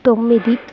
తొమ్మిది